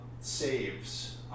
saves